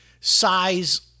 size